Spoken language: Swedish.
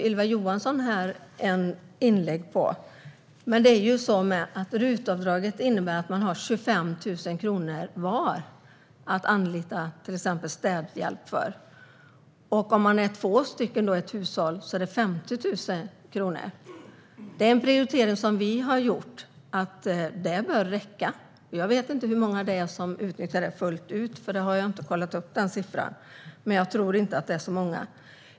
Ylva Johansson hade ett inlägg om RUT-avdraget. Detta avdrag innebär att man har 25 000 kronor var att anlita städhjälp för. Om man är två i ett hushåll handlar det om 50 000 kronor. Den prioritering som vi har gjort är att det bör räcka. Jag vet inte hur många det är som utnyttjar detta fullt ut, för den siffran har jag inte kollat upp, men jag tror inte att det är så många.